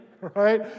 right